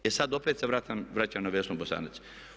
E sada opet se vraćam na Vesnu Bosanac.